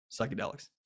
psychedelics